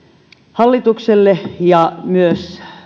hallitukselle ja myös